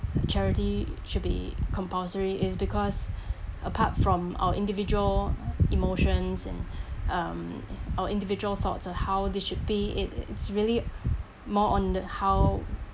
charity should be compulsory is because apart from our individual emotions in um our individual thoughts of how they should be it it's really more on the how